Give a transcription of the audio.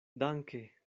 danke